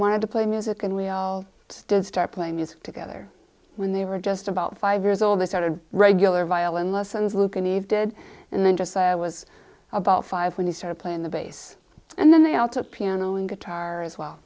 wanted to play music and we'll start playing music together when they were just about five years old they started regular violin lessons luke and eve did and then just i was about five when he started playing the bass and then they all took piano and guitar as well